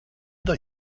that